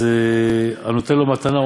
אז "הנותן לו מתנה,